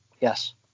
yes